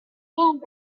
way